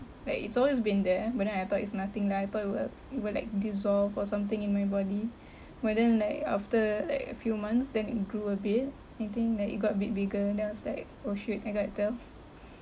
like it's always been there but then I thought it's nothing lah I thought it will it will like dissolve or something in my body but then like after like a few months then it grew a bit I think like it got a bit bigger then I was like oh shit I got to tell